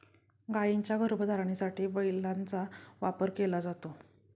गायींच्या गर्भधारणेसाठी बैलाचा वापर केला जातो